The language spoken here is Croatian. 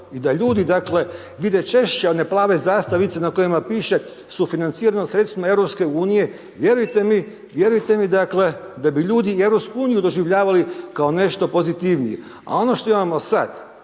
i da ljudi, dakle, vide češće one plave zastavnice na kojima piše „sufinancirano sredstvima EU“ vjerujte mi, vjerujte mi dakle, da bi ljudi EU doživljavali kao nešto pozitivnije. A ono što imamo sad,